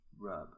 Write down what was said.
Rub